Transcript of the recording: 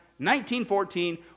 1914